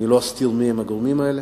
אני לא אסתיר מיהם הגורמים האלה,